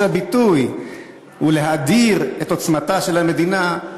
הביטוי ולהאדיר את עוצמתה של המדינה,